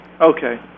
Okay